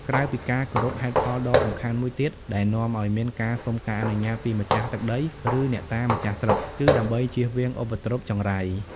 ក្រៅពីការគោរព ហេតុផលដ៏សំខាន់មួយទៀតដែលនាំឱ្យមានការសុំការអនុញ្ញាតពីម្ចាស់ទឹកដី ឬអ្នកតាម្ចាស់ស្រុក គឺដើម្បីជៀសវាងឧបទ្រពចង្រៃ។